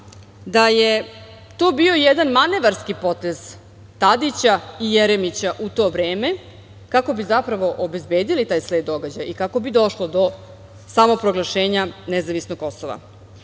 da je to bio jedan manevarski potez Tadića i Jeremića u to vreme, kako bi zapravo obezbedili taj sled događaja i kako bi došlo do samoproglašenja nezavisnog